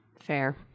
Fair